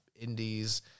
Indies